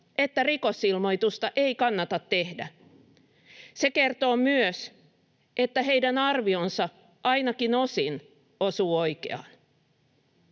että rikosilmoitusta ei kannata tehdä. Se kertoo myös, että heidän arvionsa ainakin osin osuu oikeaan.